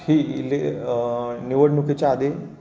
ही इथे निवडणुकीच्या आधी